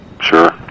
Sure